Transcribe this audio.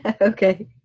Okay